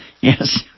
yes